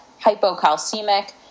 hypocalcemic